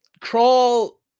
crawl